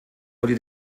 wurde